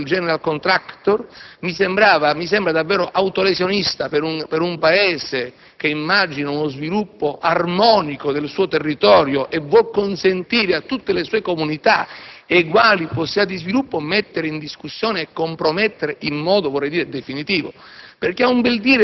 che ha individuato il *general* *contractor.* Mi sembra quindi veramente autolesionista per un Paese che immagina uno sviluppo armonico del suo territorio e vuol consentire a tutte le sue comunità eguali possibilità di sviluppo, mettere in discussione e compromettere questo progetto in modo definivo.